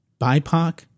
BIPOC